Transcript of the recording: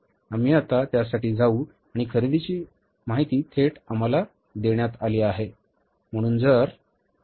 आम्ही आता त्यासाठी जाऊ आणि खरेदीची माहिती थेट आम्हाला देण्यात आली आहे